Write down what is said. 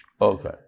Okay